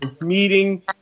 meeting